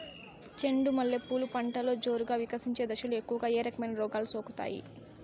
చెండు మల్లె పూలు పంటలో జోరుగా వికసించే దశలో ఎక్కువగా ఏ రకమైన రోగాలు సోకుతాయి?